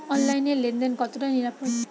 অনলাইনে লেন দেন কতটা নিরাপদ?